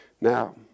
now